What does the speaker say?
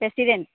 president